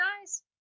guys